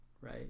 right